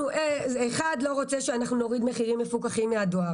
אחד לא רוצה שאנחנו נוריד מחירים מפוקחים מן הדואר,